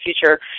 future